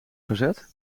gezet